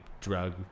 drug